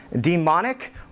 demonic